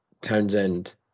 Townsend